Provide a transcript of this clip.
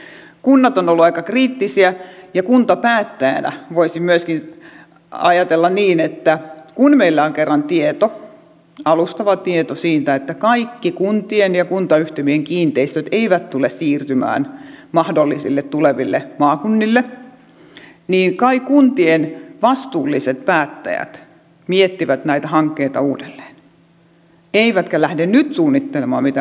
kunnat ovat olleet aika kriittisiä ja kuntapäättäjänä voisin myöskin ajatella niin että kun meillä on kerran tieto alustava tieto siitä että kaikki kuntien ja kuntayhtymien kiinteistöt eivät tule siirtymään mahdollisille tuleville maakunnille niin kai kuntien vastuulliset päättäjät miettivät näitä hankkeita uudelleen eivätkä lähde nyt suunnittelemaan mitään uusia hankkeita